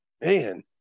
man